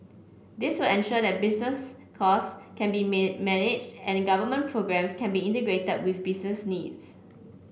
this will ensure that business costs can be may managed and government programmes can be integrated with business needs